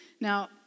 Now